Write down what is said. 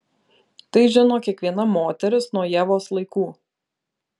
tai žino kiekviena moteris nuo ievos laikų